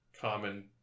common